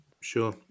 Sure